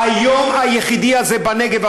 היום היחידי הזה בכנסת,